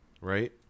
right